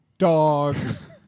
Dogs